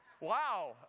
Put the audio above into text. Wow